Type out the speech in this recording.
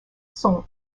sont